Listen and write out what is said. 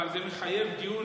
אבל זה מחייב דיון